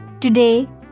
Today